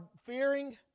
fearing